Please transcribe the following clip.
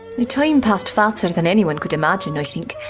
the time passed faster than anyone could imagine i think.